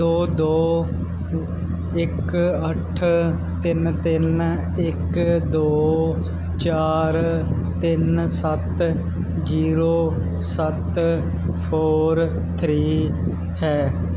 ਦੋ ਦੋ ਇੱਕ ਅੱਠ ਤਿੰਨ ਤਿੰਨ ਇੱਕ ਦੋ ਚਾਰ ਤਿੰਨ ਸੱਤ ਜੀਰੋ ਸੱਤ ਫੋਰ ਥਰੀ ਹੈ